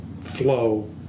flow